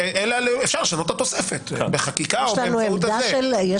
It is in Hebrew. אלא אפשר לשנות את התוספת בחקיקה או באמצעות --- יש